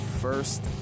first